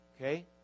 okay